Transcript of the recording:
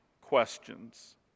questions